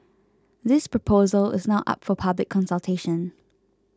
this proposal is now up for public consultation